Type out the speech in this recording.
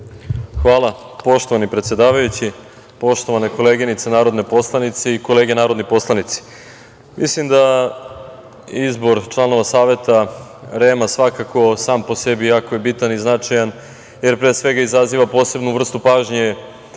Hvala. Poštovani predsedavajući, poštovane koleginice narodne poslanice i kolege narodni poslanici, mislim da izbor članova saveta REM-a svakako sam po sebi jako je bitan i značajan, jer pre svega izaziva posebnu vrstu pažnje